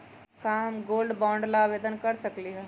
का हम gold bond ला आवेदन कर सकली ह?